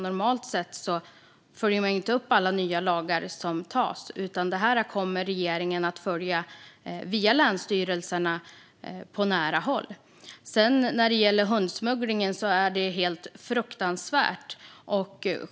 Normalt sett följer man inte upp alla nya lagar som antas, utan det här kommer regeringen att följa via länsstyrelserna på nära håll. Hundsmugglingen är helt fruktansvärd.